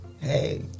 hey